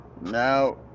Now